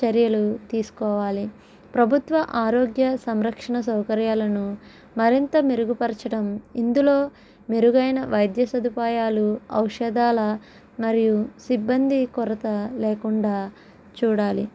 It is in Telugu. చర్యలు తీసుకోవాలి ప్రభుత్వ ఆరోగ్య సంరక్షణ సౌకర్యాలను మరింత మెరుగుపరచడం ఇందులో మెరుగైన వైద్య సదుపాయాలు ఔషధాల మరియు సిబ్బంది కొరత లేకుండా చూడాలి